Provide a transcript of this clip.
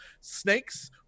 snakes